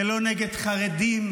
זה לא נגד חרדים,